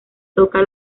toca